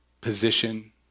position